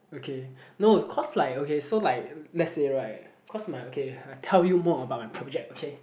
okay no cause like okay so like let's say right cause my okay I tell you more about my project okay